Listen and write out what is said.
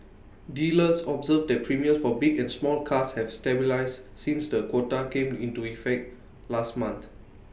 dealers observed that premiums for big and small cars have stabilised since the quota came into effect last month